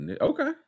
Okay